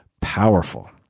powerful